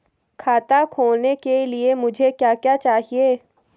खाता खोलने के लिए मुझे क्या क्या चाहिए?